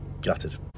Gutted